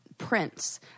Prince